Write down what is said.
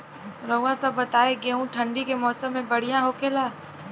रउआ सभ बताई गेहूँ ठंडी के मौसम में बढ़ियां होखेला?